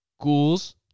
Ghouls